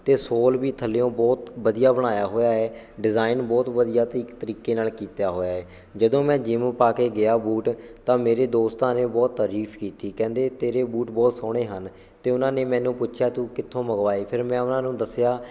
ਅਤੇ ਸੋਲ ਵੀ ਥੱਲਿਉਂ ਬਹੁਤ ਵਧੀਆ ਬਣਾਇਆ ਹੋਇਆ ਹੈ ਡਿਜ਼ਾਇਨ ਬਹੁਤ ਵਧੀਆ ਤਰੀ ਤਰੀਕੇ ਨਾਲ਼ ਕੀਤਾ ਹੋਇਆ ਹੈ ਜਦੋਂ ਮੈਂ ਜਿੰਮ ਪਾ ਕੇ ਗਿਆ ਬੂਟ ਤਾਂ ਮੇਰੇ ਦੋਸਤਾਂ ਨੇ ਬਹੁਤ ਤਾਰੀਫ ਕੀਤੀ ਕਹਿੰਦੇ ਤੇਰੇ ਬੂਟ ਬਹੁਤ ਸੋਹਣੇ ਹਨ ਅਤੇ ਉਹਨਾਂ ਨੇ ਮੈਨੂੰ ਪੁੱਛਿਆ ਤੂੰ ਕਿੱਥੋਂ ਮੰਗਵਾਏ ਫਿਰ ਮੈਂ ਉਹਨਾਂ ਨੂੰ ਦੱਸਿਆ